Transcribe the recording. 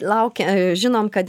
laukia žinom kad